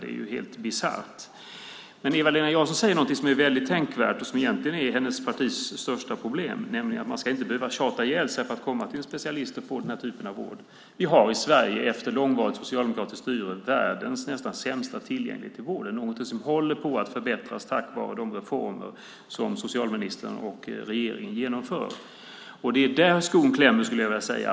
Det är helt bisarrt. Eva-Lena Jansson säger ändå någonting som är väldigt tänkvärt och som egentligen är hennes partis största problem, nämligen att man inte ska behöva tjata ihjäl sig för att komma till en specialist och få den här typen av vård. Vi har i Sverige efter långvarigt socialdemokratiskt styre världens nästan sämsta tillgänglighet till vården, något som håller på att förbättras tack vare de reformer som socialministern och regeringen genomför. Det är där skon klämmer, skulle jag vilja säga.